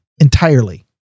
entirely